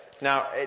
Now